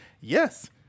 Yes